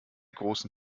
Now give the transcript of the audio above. großen